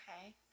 Okay